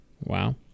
Wow